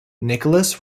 nicholas